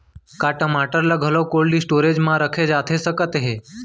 का टमाटर ला घलव कोल्ड स्टोरेज मा रखे जाथे सकत हे?